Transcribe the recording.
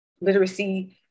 literacy